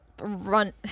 run